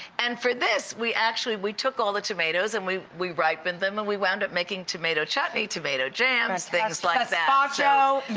and for this we actually, we took all the tomatoes and we we ripened them, and we wound up making tomato chutney, tomato jams, things like that. gazpacho.